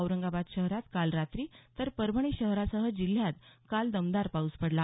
औरंगाबाद शहरात काल रात्री तर परभणी शहरासह जिल्ह्यात काल दमदार पाऊस पडला